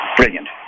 brilliant